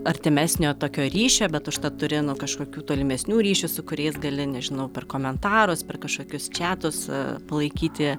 artimesnio tokio ryšio bet užtat turi nu kažkokių tolimesnių ryšių su kuriais gali nežinau per komentarus per kažkokius čiatus palaikyti